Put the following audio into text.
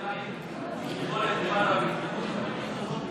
השאלה היא אם היא תכלול היבטים של בטיחות.